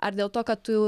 ar dėl to kad tu